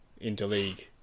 interleague